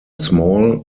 small